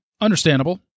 understandable